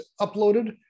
uploaded